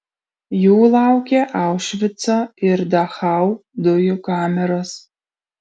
jų laukė aušvico ir dachau dujų kameros